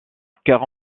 quart